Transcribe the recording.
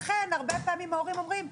לכן הרבה פעמים ההורים אומרים,